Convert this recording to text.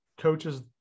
coaches